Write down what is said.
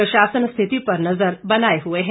प्रशासन स्थिति पर नज़र बनाए हुए है